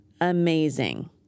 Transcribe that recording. amazing